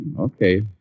okay